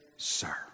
Sir